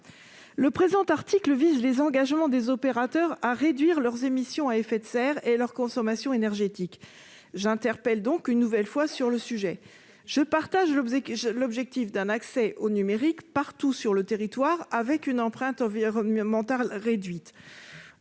Le présent article visant les engagements des opérateurs à réduire leurs émissions à effet de serre et leurs consommations énergétiques, je vous interpelle de nouveau à ce sujet. Je partage l'objectif d'un accès au numérique partout sur le territoire, avec une empreinte environnementale réduite.